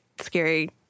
scary